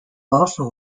also